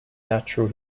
natural